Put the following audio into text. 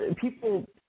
People